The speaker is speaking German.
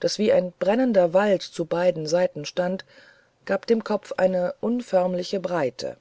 das wie ein brennender wald zu beiden seiten stand gab dem kopfe eine unförmliche breite